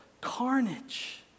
carnage